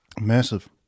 Massive